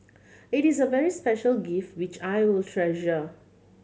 it is a very special gift which I will treasure